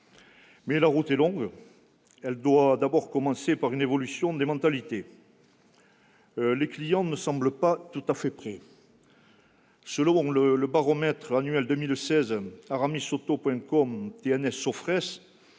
demain. La route est longue, et commence par une évolution des mentalités. Les clients ne semblent pas tout à fait prêts. Selon le baromètre annuel 2016 aramisauto.com/TNS Sofres